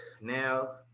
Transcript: now